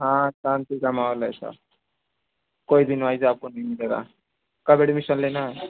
हाँ शांति का माहौल है सब कोई भी नॉइज आपको नहीं मिलेगा कब एडमिशन लेना है